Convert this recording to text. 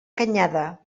canyada